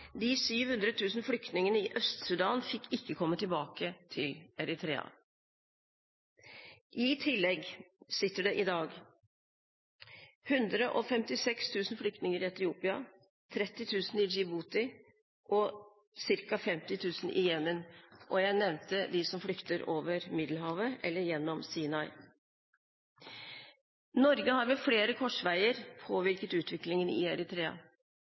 de 700 000 flyktningene i Øst-Sudan fikk ikke komme tilbake til Eritrea. I tillegg sitter det i dag 156 000 flyktninger i Etiopia, 30 000 i Djibouti og ca. 50 000 i Jemen, og jeg nevnte dem som flykter over Middelhavet eller gjennom Sinai. Norge har ved flere korsveier påvirket utviklingen i Eritrea.